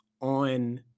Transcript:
on